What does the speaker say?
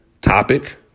topic